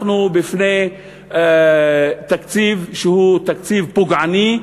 אנחנו בפני תקציב שהוא תקציב פוגעני,